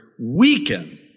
weaken